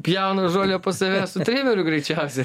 pjaunu žolę pas save su trimeriu greičiausia